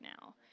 now